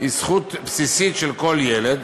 היא זכות בסיסית של כל ילד